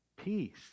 peace